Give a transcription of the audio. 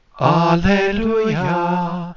Alleluia